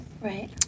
Right